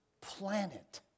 planet